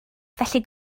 felly